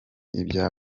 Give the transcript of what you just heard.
ibya